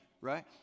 right